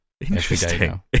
Interesting